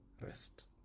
rest